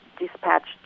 dispatched